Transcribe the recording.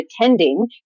attending